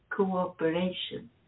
cooperation